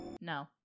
No